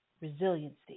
Resiliency